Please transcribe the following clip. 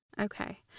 Okay